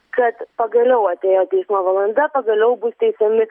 kad pagaliau atėjo teismo valanda pagaliau bus teisiami